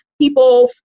people